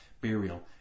burial